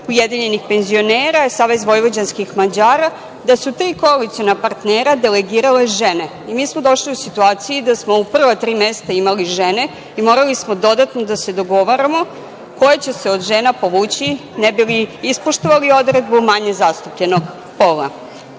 ujedinjenih penzionera, SVM, da su tri koaliciona partnera delegirale žene. Mi smo došli u situaciju da smo u prva tri mesta imali žene i morali smo dodatno da se dogovaramo koja će se od žena povući, ne bi li ispoštovali odredbu manje zastupljenog pola. Ono